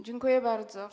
Dziękuję bardzo.